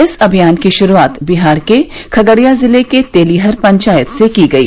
इस अभियान की शुरुआत बिहार के खगडिया जिले की तेलीहर पंचायत से की गई